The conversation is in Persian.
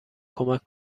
کمک